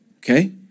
Okay